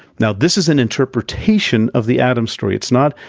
now, this is an interpretation of the adam story, it's not,